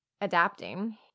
adapting